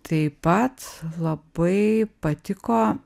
taip pat labai patiko